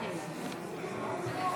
50 בעד, 62 נגד.